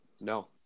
No